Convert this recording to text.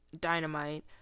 Dynamite